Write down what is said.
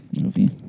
movie